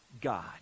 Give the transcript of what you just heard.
God